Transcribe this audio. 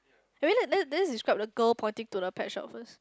can we like let's let's describe the girl pointing to the pet shop first